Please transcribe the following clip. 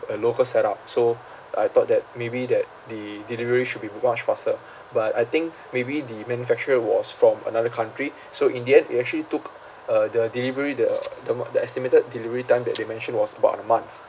a local set up so I thought that maybe that the delivery should be much faster but I think maybe the manufacturer was from another country so in the end it actually took uh the delivery the the ma~ the estimated delivery time that they mentioned was about a month